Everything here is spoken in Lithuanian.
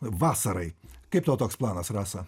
vasarai kaip tau toks planas rasa